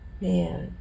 man